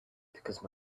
because